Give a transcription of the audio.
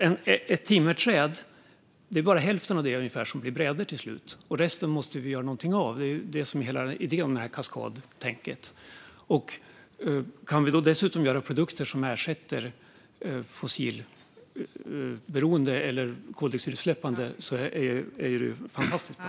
Av ett timmerträd blir bara hälften brädor. Resten måste vi göra något av. Det är hela idén med kaskadtänket. Det är fantastiskt bra om vi dessutom kan få fram produkter som ersätter koldioxidutsläppande produkter.